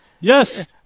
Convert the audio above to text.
Yes